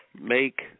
make